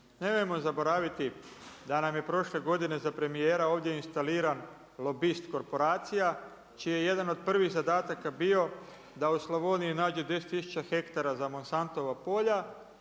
Nemojmo zaboraviti da nam je prošle godine za premijera ovdje instaliran lobist korporacija čiji je jedan od prvih zadataka bio da u Slavoniji nađe 10 tisuća hektara za Monsantova polja